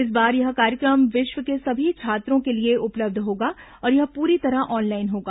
इस बार यह कार्यक्रम विश्व के सभी छात्रों के लिए उपलब्ध होगा और यह पूरी तरह ऑनलाइन होगा